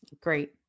Great